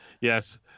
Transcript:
yes